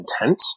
intent